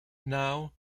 now